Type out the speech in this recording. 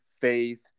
faith